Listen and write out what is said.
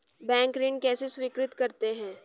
Bank ऋण कैसे स्वीकृत करते हैं?